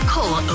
Call